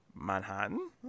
Manhattan